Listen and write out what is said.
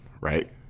right